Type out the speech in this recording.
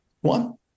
One